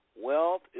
Wealth